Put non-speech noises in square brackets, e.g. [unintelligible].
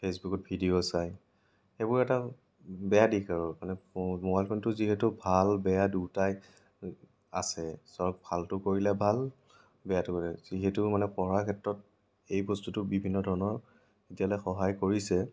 ফেচবুকত ভিডিঅ' চাই সেইবোৰ এটা বেয়া দিশ আৰু মানে মোবাইল ফোনটো যিহেতু ভাল বেয়া দুয়োটাই আছে চাওক ভালটো কৰিলে ভাল বেয়াটো [unintelligible] যিহেতু মানে পঢ়াৰ ক্ষেত্ৰত সেই বস্তুটো বিভিন্ন ধৰণৰ এতিয়ালৈ সহায় কৰিছে